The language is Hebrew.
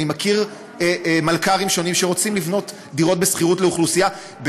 אני מכיר מלכ"רים שונים שרוצים לבנות דירות בשכירות לאוכלוסייה,